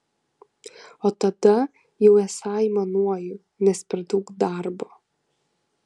o tada jau esą aimanuoju nes per daug darbo